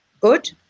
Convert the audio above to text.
good